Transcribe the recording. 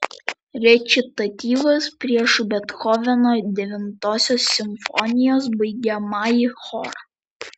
rečitatyvas prieš bethoveno devintosios simfonijos baigiamąjį chorą